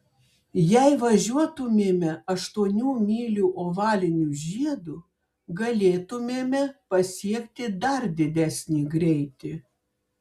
jei važiuotumėme aštuonių mylių ovaliniu žiedu galėtumėme pasiekti dar didesnį greitį